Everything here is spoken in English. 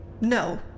no